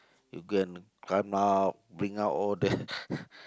you go and climb up bring out all the